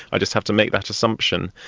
i just have to make that assumption.